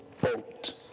boat